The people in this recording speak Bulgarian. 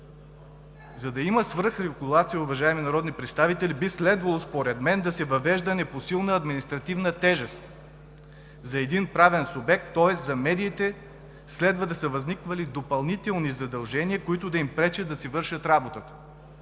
За да има свръхрегулация, уважаеми народни представители, би следвало според мен да се въвежда непосилна административна тежест за един правен субект, тоест за медиите следва да са възниквали допълнителни задължения, които да им пречат да си вършат работата.